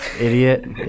idiot